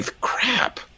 crap